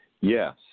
Yes